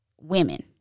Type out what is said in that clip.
women